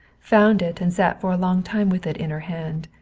found it and sat for a long time with it in her hand,